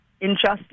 injustice